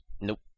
Nope